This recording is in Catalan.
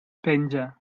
penja